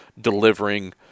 delivering